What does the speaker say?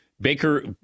Baker